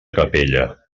capella